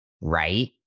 right